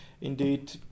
indeed